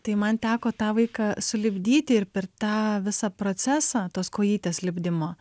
tai man teko tą vaiką sulipdyti ir per tą visą procesą tos kojytės lipdymo